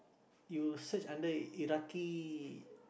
you search under Iraqi